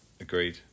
agreed